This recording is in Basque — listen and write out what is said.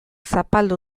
zapaldu